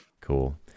Cool